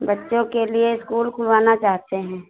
बच्चों के लिए स्कूल खुलवाना चाहते हैं